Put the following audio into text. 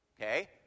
Okay